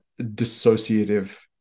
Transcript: dissociative